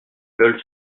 veulent